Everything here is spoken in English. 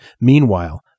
Meanwhile